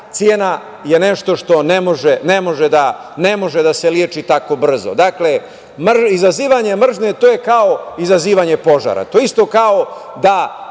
Cena je nešto što ne može da se leči tako brzo. Dakle, izazivanje mržnje je kao izazivanje požara. To je isto kao da